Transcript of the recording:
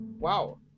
Wow